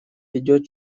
ведет